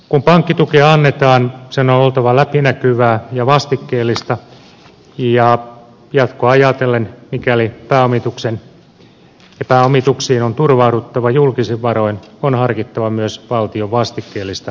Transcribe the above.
kun pankkitukea annetaan sen on oltava läpinäkyvää ja vastikkeellista ja jatkoa ajatellen mikäli pääomituksiin on turvauduttava julkisin varoin on harkittava myös valtion vastikkeellista omistusta